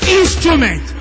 instrument